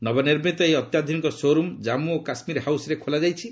ନବନିର୍ମିତ ଏହି ଅତ୍ୟାଧୁନିକ ଶୋ'ରୁମ୍ ଜାଞ୍ଚୁ ଓ କାଶ୍ମୀର ହାଉସ୍ରେ ଖୋଲାଯାଇଛି